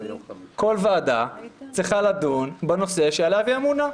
כל ועדה צריכה לדון בנושא שעליו היא אמונה.